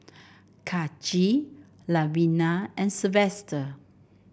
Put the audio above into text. Kaci Lavina and Sylvester